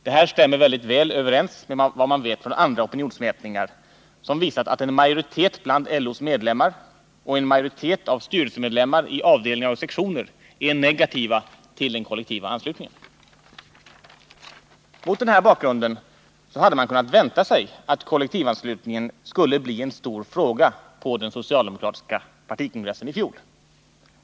Det här stämmer mycket väl överens med vad man vet från andra opinionsmätningar, som visat att en majoritet bland LO:s medlemmar och en majoritet av styrelsemedlemmar i avdelningar och sektioner är negativa till den kollektiva anslutningen. Mot denna bakgrund hade man kunnat vänta sig att kollektivanslutningen skulle bli en stor fråga på den socialdemokratiska partikongressen i fjol.